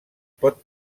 pot